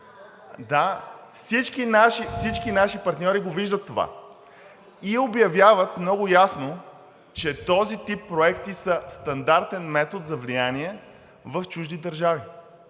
схема, всички наши партньори го виждат това и обявяват много ясно, че този тип проекти са стандартен метод за влияние в чужди държави.